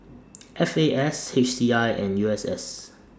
F A S H C I and U S S